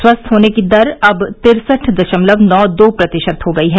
स्वस्थ होने की दर अब तिरसठ दशमलव नौ दो प्रतिशत हो गयी है